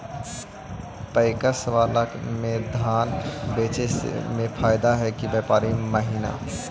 PACS बाला में धान बेचे मे फायदा है कि व्यापारी महिना?